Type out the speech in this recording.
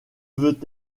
veut